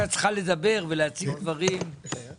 חשבון